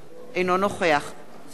אינו נוכח זבולון אורלב,